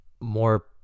more